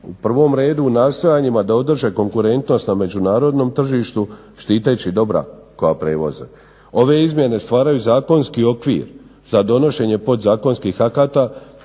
u prvom redu u nastojanjima da održe konkurentnost na međunarodnom tržištu štiteći dobra koja prevoze. Ove izmjene stvaraju zakonski okvir za donošenje podzakonskih akata